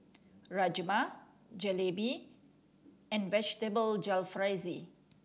Rajma Jalebi and Vegetable Jalfrezi